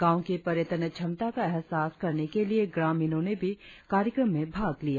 गांव की पर्यटन क्षमता का एहसास करने के लिए ग्रामीणों ने भी कार्यक्रम में भाग लिया